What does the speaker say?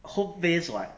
home-based [what]